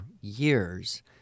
years